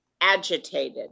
agitated